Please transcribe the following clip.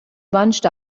bunched